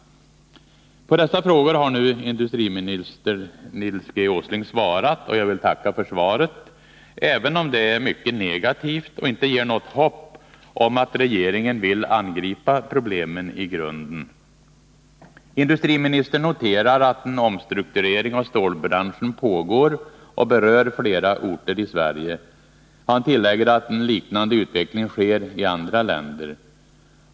På dessa frågor har nu industriminister Nils G. Åsling svarat, och jag vill tacka för svaret, även om det är mycket negativt och inte ger något hopp om att regeringen vill angripa problemen i grunden. Industriministern noterar att en omstrukturering av stålbranschen pågår och berör flera orter i Sverige. Han tillägger att en liknande utveckling sker i andra länder.